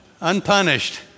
unpunished